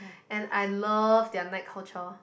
and I love their night culture